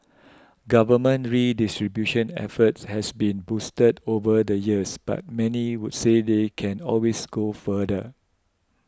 government redistribution efforts have been boosted over the years but many would say they can always go further